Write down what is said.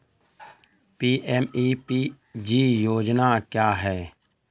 PMEPG योजना क्या है?